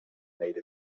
made